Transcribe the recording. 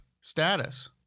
status